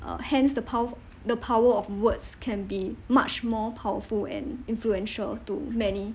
uh hence the pow~the power of words can be much more powerful and influential to many